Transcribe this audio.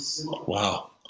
Wow